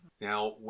Now